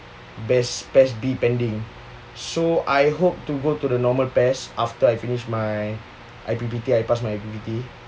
PES PES B pending so I hope to go to the normal PES after I finish my I_P_P_T I pass my I_P_P_T